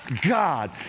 God